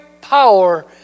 power